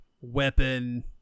weapon